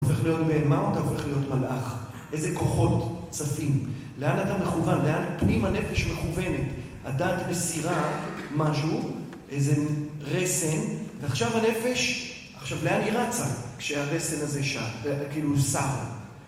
הופך להיות מה? אתה הופך להיות מלאך? איזה כוחות צפים? לאן אתה מכוון? לאן פנים הנפש מכוונת? הדת מסירה משהו, איזה רסן, ועכשיו הנפש, עכשיו לאן היא רצה? כשהרסן הזה שם? כאילו הוסר?